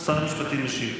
שר המשפטים.